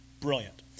Brilliant